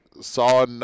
saw